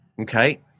Okay